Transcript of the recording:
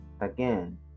Again